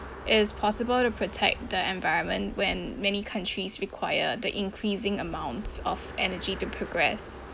is possible to protect the environment when many countries require the increasing amounts of energy to progress